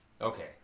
okay